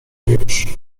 już